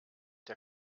der